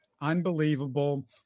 Unbelievable